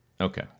Okay